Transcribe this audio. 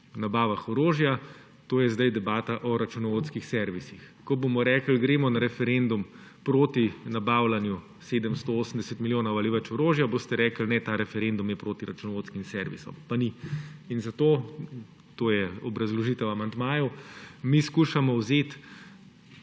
o nabavah orožja. To je zdaj debata o računovodskih servisih. Ko bomo rekli, da gremo na referendum proti nabavljanju 780 milijonov ali več orožja, boste rekli, ne, ta referendum je proti računovodskim servisom. Pa ni. Zato, to je obrazložitev amandmajev, mi skušamo vzeti